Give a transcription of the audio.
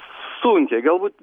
sunkiai galbūt